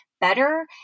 better